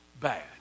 bad